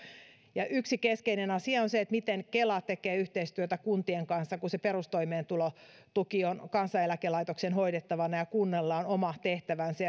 yksi keskeinen asia on se miten kela tekee yhteistyötä kuntien kanssa kun se perustoimeentulotuki on kansaneläkelaitoksen hoidettavana ja kunnalla on oma tehtävänsä